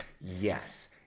Yes